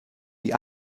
die